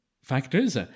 factors